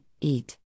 eat